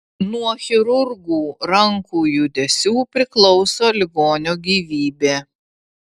nuo chirurgų rankų judesių priklauso ligonio gyvybė